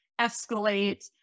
escalate